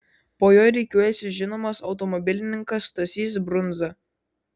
po jo rikiuojasi žinomas automobilininkas stasys brundza